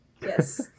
Yes